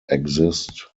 exist